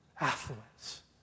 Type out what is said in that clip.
affluence